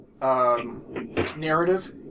narrative